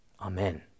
Amen